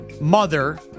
mother